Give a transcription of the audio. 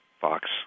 Fox